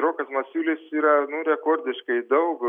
rokas masiulis yra rekordiškai daug